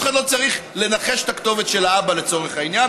אף אחד לא צריך לנחש את הכתובת של האבא לצורך העניין,